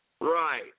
right